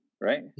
right